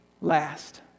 last